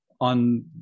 on